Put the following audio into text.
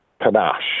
panache